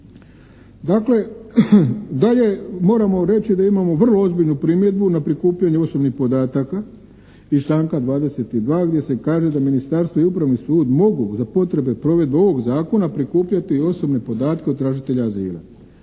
Dakle, dalje moramo reći da imamo vrlo ozbiljnu primjedbu na prikupljanje osobnih podataka iz članka 22. gdje se kaže da ministarstvo i upravni sud mogu za potrebe, provedbe ovog zakona prikupljati i osobne podatke od tražitelja azila.